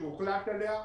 שהוחלט עליה,